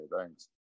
thanks